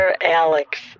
Alex